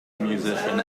musician